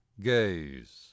gaze